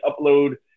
upload